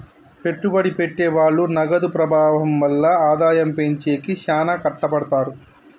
పెట్టుబడి పెట్టె వాళ్ళు నగదు ప్రవాహం వల్ల ఆదాయం పెంచేకి శ్యానా కట్టపడతారు